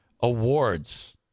awards